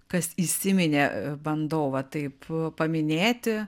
kas įsiminė bandau va taip paminėti